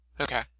Okay